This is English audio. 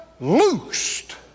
loosed